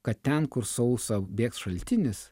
kad ten kur sausa bėgs šaltinis